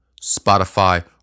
Spotify